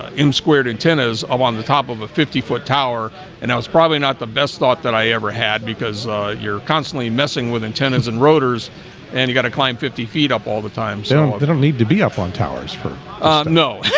m squared antennas um on the top of a fifty foot tower and i was probably not the best thought that i ever had because you're constantly messing with antennas and rotors and you gotta climb fifty feet up all the time, so they don't need to be up on towers for know